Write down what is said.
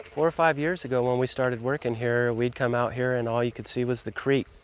or five years ago when we started working here, we'd come out here and all you could see was the creek.